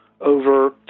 over